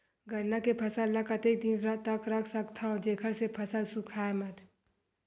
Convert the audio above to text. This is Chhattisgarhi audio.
गन्ना के फसल ल कतेक दिन तक रख सकथव जेखर से फसल सूखाय मत?